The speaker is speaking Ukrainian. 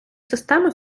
системи